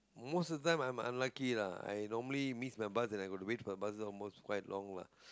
most of them I'm unlucky lah I normally miss the bus then I got to wait for the bus almost quite long lah